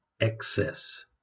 excess